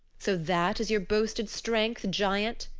so that is your boasted strength, giant,